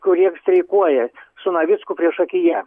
kurie streikuoja su navicku priešakyje